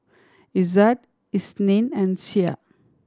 Izzat Isnin and Syah